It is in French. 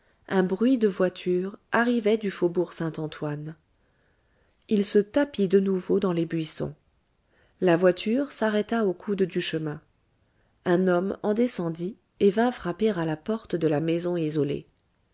un bruit de voiture arrivait du faubourg saint-antoine il se tapit de nouveau dans les buissons la voiture s'arrêta au coude du chemin un homme en descendit et vint frapper à la porte de la maison isolée